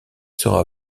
sera